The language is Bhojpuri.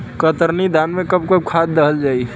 कतरनी धान में कब कब खाद दहल जाई?